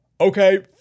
Okay